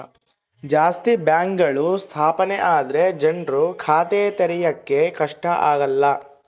ಜಾಸ್ತಿ ಬ್ಯಾಂಕ್ಗಳು ಸ್ಥಾಪನೆ ಆದ್ರೆ ಜನ್ರು ಖಾತೆ ತೆರಿಯಕ್ಕೆ ಕಷ್ಟ ಆಗಲ್ಲ